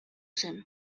zen